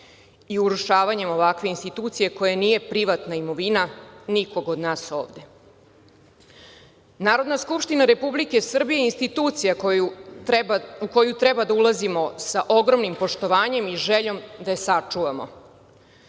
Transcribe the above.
i urušavanjem ovakve institucije koja nije privatna imovina nikog od nas ovde. Narodna skupština Republike Srbije je institucija u koju treba da ulazimo sa ogromnim poštovanjem i željom da je sačuvamo.